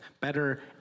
better